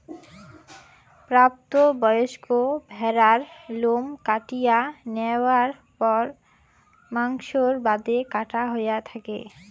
প্রাপ্ত বয়স্ক ভ্যাড়ার লোম কাটিয়া ন্যাওয়ার পর মাংসর বাদে কাটা হয়া থাকে